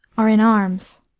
are in arms.